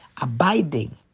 abiding